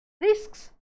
risks